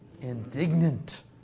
indignant